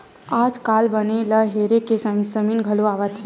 आजकाल बन ल हेरे के मसीन घलो आवत हे